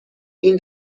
این